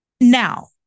Now